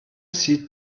sie